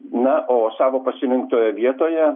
na o savo pasirinktoje vietoje